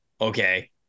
okay